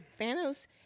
Thanos